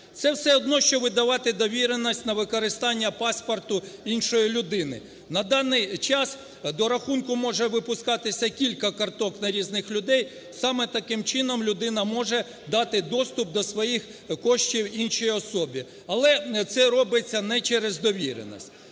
Це все одно, що видавати довіреність на використання паспорту іншої людини. На даний час, до рахунку може випускатися кілька карток на різних людей, саме таким чином людина може дати доступ до своїх коштів іншій особі. Але це робиться не через довіреність.